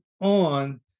on